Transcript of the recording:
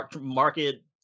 market